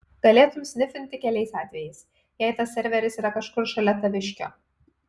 galėtum snifint tik keliais atvejais jei tas serveris yra kažkur šalia taviškio